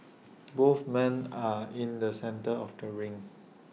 both men are in the centre of the ring